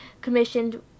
commissioned